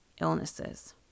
illnesses